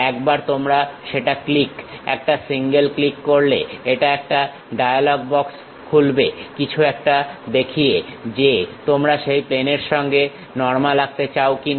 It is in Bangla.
একবার তোমরা সেটা ক্লিক একটা সিঙ্গল ক্লিক করলে এটা একটা ডায়ালগ বক্স খুলবে কিছু একটা দেখিয়ে যে তোমরা সেই প্লেনের সঙ্গে নর্মাল আঁকতে চাও কিনা